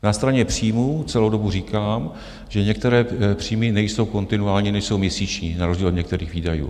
Na straně příjmů celou dobu říkám, že některé příjmy nejsou kontinuální, nejsou měsíční na rozdíl od některých výdajů.